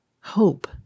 hope